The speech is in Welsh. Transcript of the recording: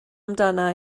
amdana